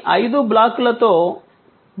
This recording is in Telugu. ఈ ఐదు బ్లాక్లతో